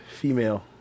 female